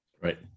Right